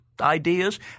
ideas